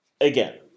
Again